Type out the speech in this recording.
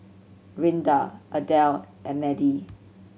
Rinda Ardelle and Madie